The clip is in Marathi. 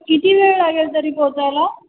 किती वेळ लागेल तरी पोहचायला